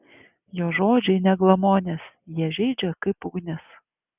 jo žodžiai ne glamonės jie žeidžia kaip ugnis